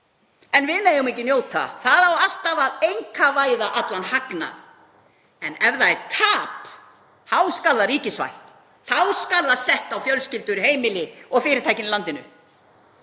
en við megum ekki njóta? Það á alltaf að einkavæða allan hagnað. En ef það er tap þá skal það ríkisvætt. Þá skal það sett á fjölskyldur, heimili og fyrirtækin í landinu.